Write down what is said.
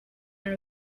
and